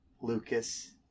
Lucas